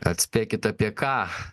atspėkit apie ką